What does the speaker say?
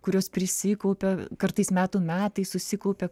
kurios prisikaupia kartais metų metais susikaupė